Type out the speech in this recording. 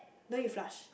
don't need to flush